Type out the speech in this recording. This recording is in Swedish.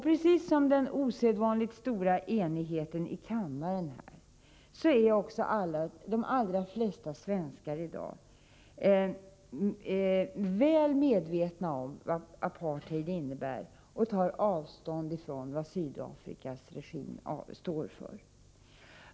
Precis som den osedvanligt stora enigheten i kammaren antyder, är också de allra flesta svenskar i dag väl medvetna om vad apartheid innebär och tar avstånd från vad Sydafrikas regim står för.